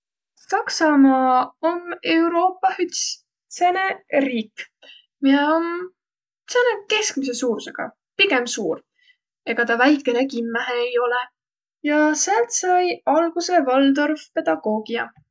Saksamaa om Euroopah üts sääne riik, miä om sääne keskmise suurusõga, pigem suur. Ega tä väikene kimmähe ei olõq. Ja säält sai algusõ waldorfpedagoogia.